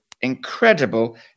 incredible